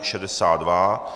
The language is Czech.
62.